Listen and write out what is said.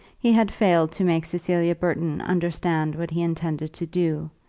he had failed to make cecilia burton understand what he intended to do,